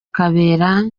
kabera